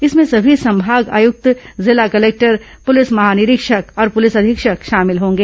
इसमें सभी संभाग आयुक्त जिला कलेक्टर पुलिस महानिरीक्षक और पुलिस अधीक्षक शामिल होंगे